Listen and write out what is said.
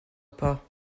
pas